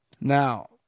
Now